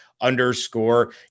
underscore